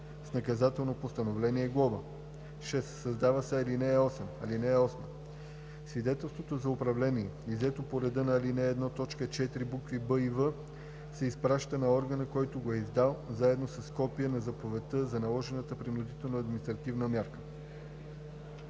с наказателното постановление глоба.“ 6. Създава се ал. 8: „(8) Свидетелството за управление, иззето по реда на ал. 1, т. 4, букви „б“ и „в“, се изпраща на органа, който го е издал, заедно с копие на заповедта за наложената принудителна административна мярка.“